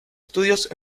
estudios